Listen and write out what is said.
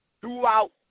throughout